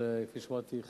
כפי שאמרתי,